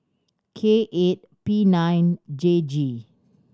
K eight P nine J G